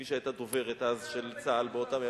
מי שהיתה אז דוברת של צה"ל באותם ימים?